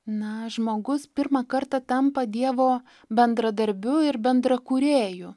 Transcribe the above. na žmogus pirmą kartą tampa dievo bendradarbiu ir bendrakūrėju